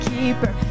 Keeper